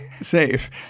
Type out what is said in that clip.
safe